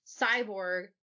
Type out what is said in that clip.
cyborg